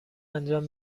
انجام